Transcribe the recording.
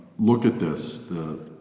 look at this the